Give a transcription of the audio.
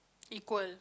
equal